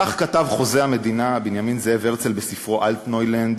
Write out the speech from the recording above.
כך כתב חוזה המדינה בנימין זאב הרצל בספרו "אלטנוילנד",